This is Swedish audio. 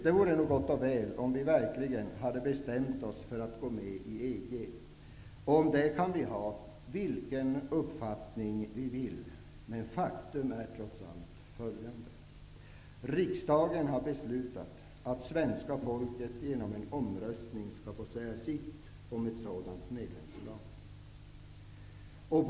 Det vore nog gott och väl om vi verkligen hade bestämt oss för att gå med i EG. Om det kan vi ha vilken uppfattning vi vill, men faktum är trots allt följande: Riksdagen har beslutat att svenska folket genom en folkomröstning skall få säga sitt om ett sådant medlemskap.